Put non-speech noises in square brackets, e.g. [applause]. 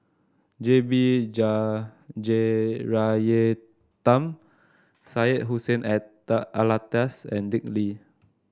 J B [unintelligible] Jeyaretnam Syed Hussein [unintelligible] Alatas and Dick Lee